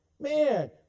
Man